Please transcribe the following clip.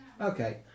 okay